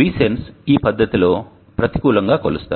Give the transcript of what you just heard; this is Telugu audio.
VSENSE ఈ పద్ధతిలో ప్రతికూలంగా కొలుస్తారు